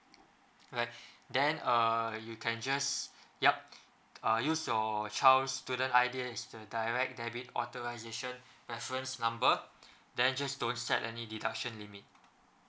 alright then err you can just yup uh use your child's student I_D as the direct debit authorisation reference number then just don't set any deduction limit